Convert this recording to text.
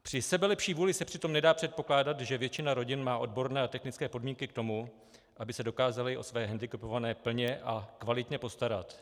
Při sebelepší vůli se přitom nedá předpokládat, že většina rodin má odborné a technické podmínky k tomu, aby se dokázala o své hendikepované plně a kvalitně postarat.